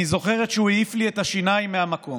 אני זוכרת שהוא העיף לי את השיניים מהמקום.